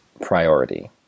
priority